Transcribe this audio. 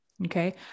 Okay